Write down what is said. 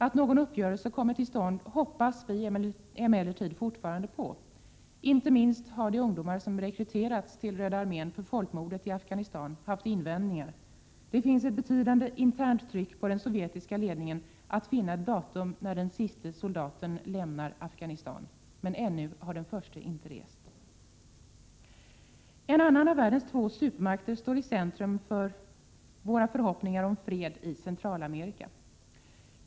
Att någon uppgörelse kommer till stånd hoppas vi emellertid fortfarande på. Inte minst har de ungdomar som rekryterats till Röda armén för folkmordet i Afghanistan haft invändningar. Det finns ett betydande internt tryck på den sovjetiska ledningen att finna ett datum när den siste soldaten lämnat Afghanistan. Men ännu har den förste inte rest. En annan av världens två supermakter står i centrum för våra förhoppningar om fred i Centralamerika.